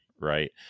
Right